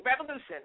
Revolution